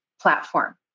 platform